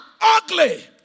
ugly